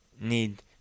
need